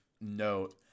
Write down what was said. note